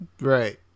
Right